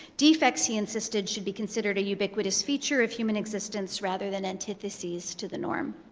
defects, he insisted, should be considered a ubiquitous feature of human existence rather than antithesis to the norm.